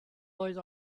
oedd